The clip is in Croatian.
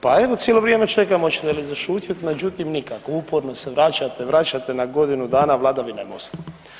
Pa evo, cijelo vrijeme čekam hoćete li zašutjeti, međutim, nikako, uporno se vraćate, vraćate na godinu dana vladavine Mosta.